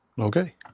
Okay